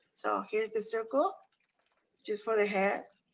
so here's the circle just for the head